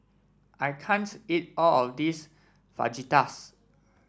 I can't eat all of this Fajitas